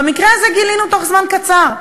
במקרה הזה גילינו בתוך זמן קצר.